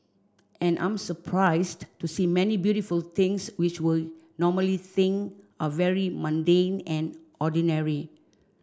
and I'm surprised to see many beautiful things which we normally think are very mundane and ordinary